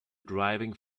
driving